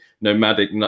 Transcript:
nomadic